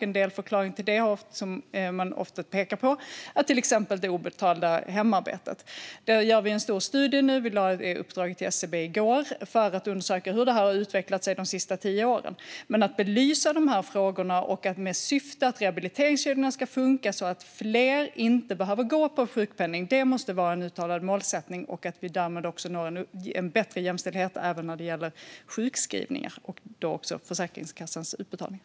En delförklaring som man ofta pekar på är till exempel det obetalda hemarbetet. Det sker nu en stor studie. Vi lade ut ett uppdrag till SCB i går för att undersöka hur sjukskrivningstalen har utvecklat sig de senaste tio åren. Att belysa frågorna i syfte att rehabiliteringskedjorna ska funka så att fler inte behöver sjukpenning måste vara en uttalad målsättning. Därmed uppnår vi en bättre jämställdhet även när det gäller sjukskrivningar och därmed Försäkringskassans utbetalningar.